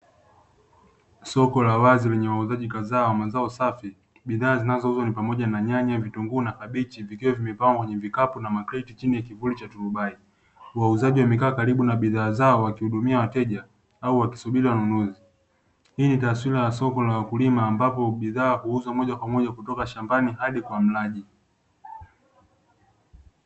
Soko la wazi wenye wauzaji kadhaa wa mazao safi bidhaa zinazouzwa ni pamoja na nyanya, vitunguu, na kabichi vikiwa vimepangwa kwenye vikapu na makreti chini ya kivuri cha turubai. Wauzaji wamekaa karibu na bidhaa zao wakihudumia wateja au wakisubiri wanunue. Hii ni taswira ya soko la wakulima ambapo bidhaa huuzwa moja kwa moja kutoka shambani hadi kwa mlaji.